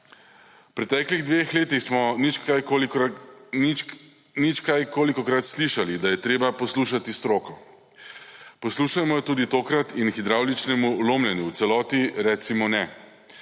V preteklih dveh letih smo nič kaj kolikokrat slišali, da je treba poslušati stroko. Poslušajmo jo tudi tokrat in hidravličnemu lomljenju v celoti recimo ne.